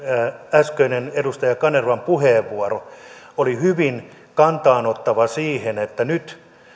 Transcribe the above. äskeinen edustaja kanervan puheenvuoro oli hyvin kantaa ottava siihen että nyt